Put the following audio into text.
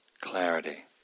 clarity